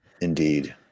Indeed